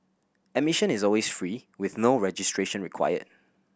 admission is always free with no registration required